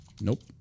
Nope